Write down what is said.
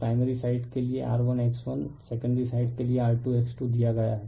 primary side के लिए R1X1 secondary side के लिए R2X2 दिया गया है